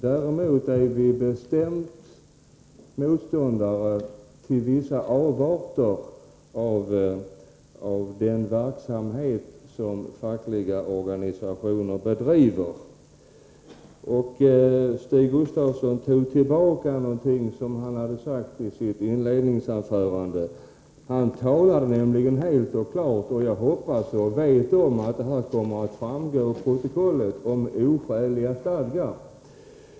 Däremot är vi bestämt motståndare till vissa avarter av den verksamhet som fackliga organisationer bedriver. Stig Gustafsson tog tillbaka någonting som han hade sagt i sitt inledningsanförande. Han talar nämligen klart och tydligt — och jag vet att det kommer att framgå i protokollet — om oskäliga stadgar.